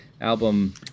album